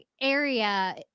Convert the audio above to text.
area